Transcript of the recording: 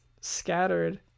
scattered